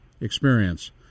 experience